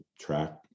track